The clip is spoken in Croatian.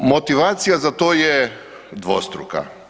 Motivacija za to je dvostruka.